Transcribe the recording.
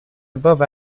above